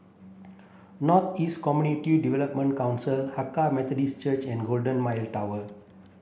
North East Community Development Council Hakka Methodist Church and Golden Mile Tower